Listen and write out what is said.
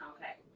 Okay